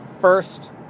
first